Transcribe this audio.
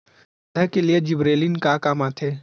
पौधा के लिए जिबरेलीन का काम आथे?